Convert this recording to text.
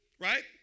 right